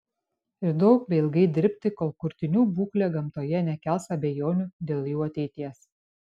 ir daug bei ilgai dirbti kol kurtinių būklė gamtoje nekels abejonių dėl jų ateities